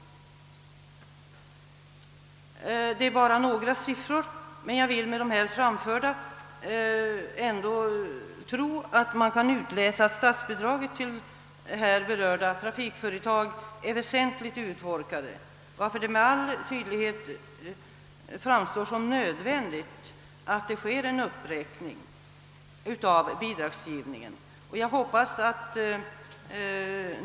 Detta är bara några siffror, men jag tror att man av dem kan utläsa att statsbidragen till de berörda trafikföretagen är väsentligt uttorkade, varför det med all tydlighet framstår som nödvändigt att det sker en uppräkning av bidragsgivningen.